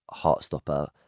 Heartstopper